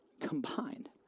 combined